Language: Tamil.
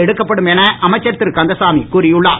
எடுக்கப்படும் என அமைச்சர் திரு கந்தசாமி கூறி உள்ளார்